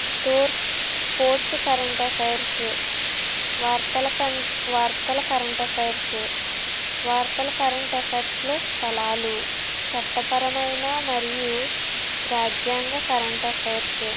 stores sports current affairs వార్తల క వార్తల కరెంట్ అఫైర్స్ వార్తల కరెంట్ అఫైర్స్లో స్థలాలు చట్టపరమైన మరియు రాజ్యాంగ కరెంట్ అఫైర్స్